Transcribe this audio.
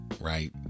Right